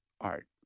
art